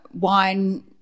wine